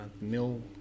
mill